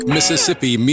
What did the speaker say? Mississippi